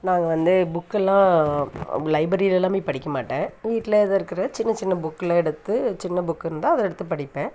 நாங்கள் வந்து புக்கெல்லாம் லைப்ரரியில எல்லாமே படிக்க மாட்டேன் வீட்டில ஏதா இருக்கிற சின்னச் சின்ன புக்கில் எடுத்து சின்ன புக் இருந்தால் அதை எடுத்துப் படிப்பேன்